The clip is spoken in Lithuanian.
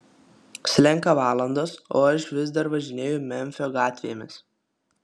slenka valandos o aš vis dar važinėju memfio gatvėmis